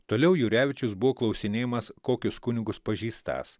toliau jurevičius buvo klausinėjamas kokius kunigus pažįstąs